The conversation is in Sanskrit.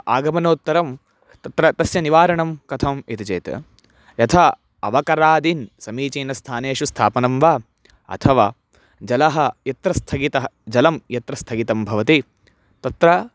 आगमनोत्तरं तत्र तस्य निवारणं कथम् इति चेत् यथा अवकरादिन् समीचीनस्थानेषु स्थापनं वा अथवा जलः यत्र स्थगितः जलं यत्र स्थगितं भवति तत्र